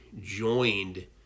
joined